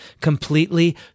completely